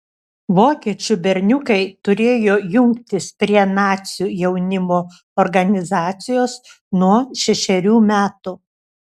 vokiečių berniukai turėjo jungtis prie nacių jaunimo organizacijos nuo šešerių metų